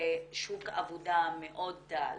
ושוק עבודה מאוד דל